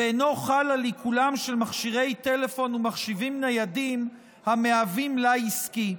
ואינו חל על עיקולם של מכשירי טלפון ומחשבים ניידים המהווים מלאי עסקי.